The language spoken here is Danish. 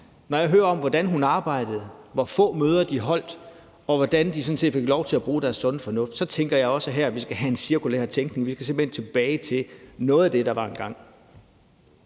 i hjemmeplejen, hvordan hun arbejdede, og om, hvor få møder de holdt, og hvordan de sådan set fik lov til at bruge deres sunde fornuft, så tænker jeg også, at vi her skal have en cirkulær tænkning ind. Vi skal simpelt hen tilbage til noget af det, der var engang.